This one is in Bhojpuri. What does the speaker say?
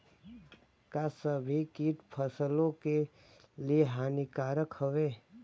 का सभी कीट फसलों के लिए हानिकारक हवें?